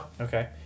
Okay